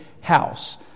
house